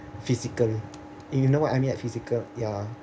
physical you know what I mean like physical ya